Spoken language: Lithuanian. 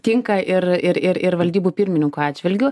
tinka ir ir ir ir valdybų pirmininkų atžvilgiu